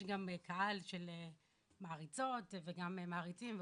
יש גם קהל של מעריצות ושל מעריצים,